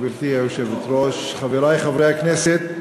גברתי היושבת-ראש, חברי חברי הכנסת,